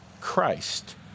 Christ